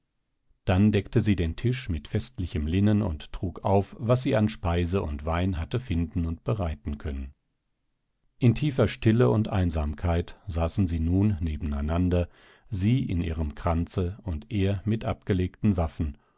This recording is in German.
dann deckte sie den tisch mit festlichem linnen und trug auf was sie an speise und wein hatte finden und bereiten können in tiefer stille und einsamkeit saßen sie nun nebeneinander sie in ihrem kranze und er mit abgelegten waffen